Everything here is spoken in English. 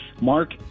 Mark